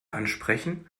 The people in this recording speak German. ansprechen